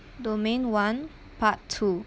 domain one part two